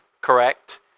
correct